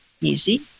easy